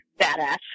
badass